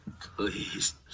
Please